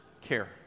care